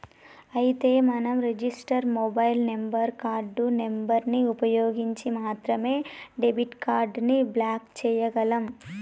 అయితే మనం register mobile number card number ని ఉపయోగించి మాత్రమే డెబిట్ కార్డు ని బ్లాక్ చేయగలం